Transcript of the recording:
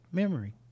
memory